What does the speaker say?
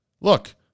look